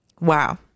wow